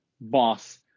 boss